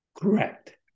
Correct